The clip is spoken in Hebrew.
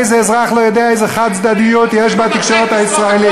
איזה אזרח לא יודע איזה חד-צדדיות יש בתקשורת הישראלית,